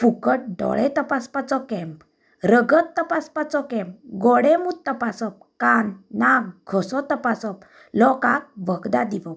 फुकट दोळे तपासपाचो कँप रगत तपासपाचो कँप गोडे मूत तपासप कान नाक घसो तपासप लोकांक वखदां दिवप